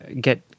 get